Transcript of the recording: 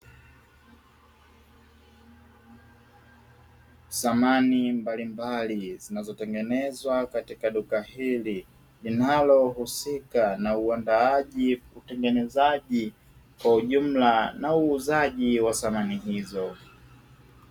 Samani mbalimbali zinazotengenezwa katika duka hili linalohusika na uandaaji utengenezaji kwa ujumla na uuzaji wa samani hizo.